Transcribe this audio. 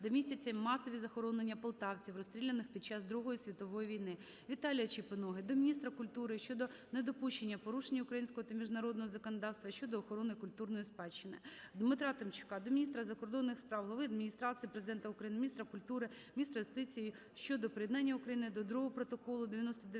містяться масові захоронення полтавців, розстріляних під час Другої світової війни. Віталія Чепиноги до міністра культури щодо недопущення порушень українського та міжнародного законодавства щодо охорони культурної спадщини. Дмитра Тимчука до міністра закордонних справ, Глави Адміністрації Президента України, міністра культури, міністра юстиції щодо приєднання України до Другого протоколу